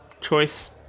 choice